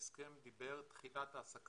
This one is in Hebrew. ההסכם דיבר על תחילת ההעסקה,